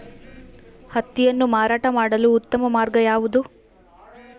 ಹತ್ತಿಯನ್ನು ಮಾರಾಟ ಮಾಡಲು ಉತ್ತಮ ಮಾರ್ಗ ಯಾವುದು?